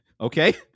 okay